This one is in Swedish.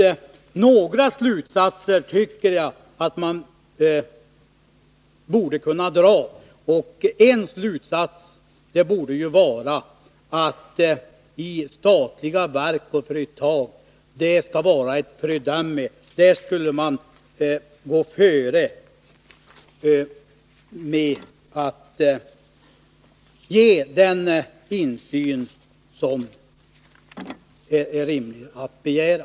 Några slutsatser tycker jag att man borde kunna dra. Och en slutsats borde vara att statliga verk och företag skulle vara ett föredöme med att ge den insyn som är rimlig att begära.